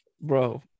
Bro